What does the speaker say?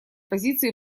позиции